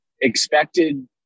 expected